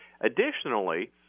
Additionally